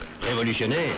Révolutionnaire